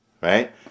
right